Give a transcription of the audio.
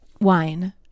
wine